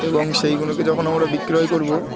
এবং সেইগুলোকে যখন আমরা বিক্রয় করবো